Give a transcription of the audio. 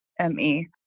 M-E